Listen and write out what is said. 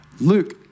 Luke